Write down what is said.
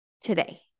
today